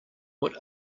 what